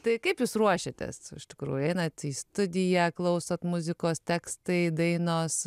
tai kaip jūs ruošiatės iš tikrųjų einat į studiją klausot muzikos tekstai dainos